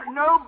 no